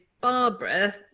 Barbara